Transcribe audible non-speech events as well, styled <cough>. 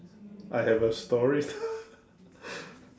I have a story <laughs>